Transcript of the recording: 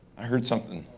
i heard something.